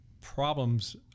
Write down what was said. problems